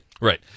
right